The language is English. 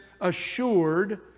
assured